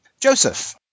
Joseph